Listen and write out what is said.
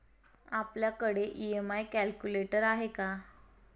आपल्याकडे EMI calculator आहे का?